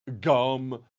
Gum